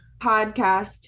Podcast